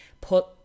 put